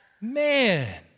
Man